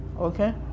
okay